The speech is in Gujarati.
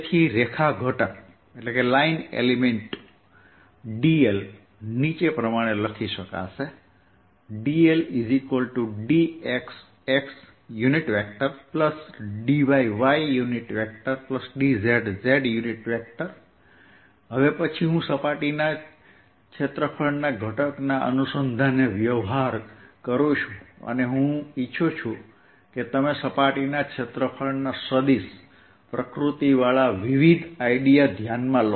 તેથી રેખા ઘટક dl ને આ રીતે લખી શકાય dldx xdy ydz z હવે પછી હું સપાટીના ક્ષેત્રફળના ઘટકના અનુસંધાને વ્યવહાર કરું છું અને હું ઇચ્છું છું કે તમે સપાટીના ક્ષેત્રફળના સદિશ પ્રકૃતિવાળા વિવિધ આઇડીયા ધ્યાનમાં લો